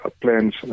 plans